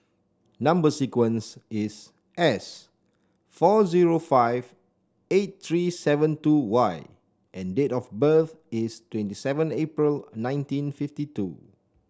number sequence is S four zero five eight three seven two Y and date of birth is twenty seven April nineteen fifty two